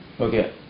Okay